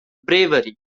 bravery